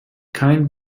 kein